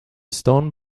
stone